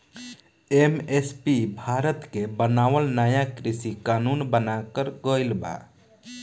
MSP Bharat मे बनावल नाया कृषि कानून बनाकर गइल बा